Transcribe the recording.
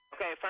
Okay